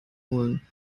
holen